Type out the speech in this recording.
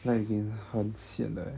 lag again 很 sian 的 leh